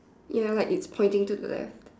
ya like it's pointing to the left